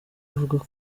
avuga